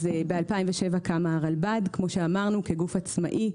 ב-2007 קם הרלב"ד כגוף עצמאי.